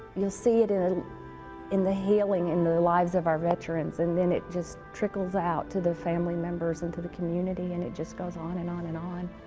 you'll see it it in the healing in the the lives of our veterans, and then it just trickles out to the family members and to the community, and it just goes on and on and on.